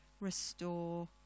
restore